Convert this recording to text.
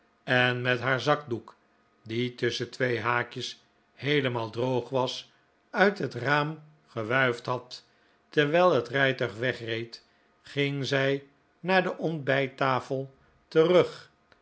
en met haar zakdoek die tusschen twee haakjes heelemaal droog was uit het raam gewuifd had terwijl het rijtuig wegreed ging zij naar de ontbijttafel terug